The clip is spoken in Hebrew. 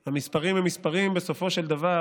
המספרים הם מספרים, אבל בסופו של דבר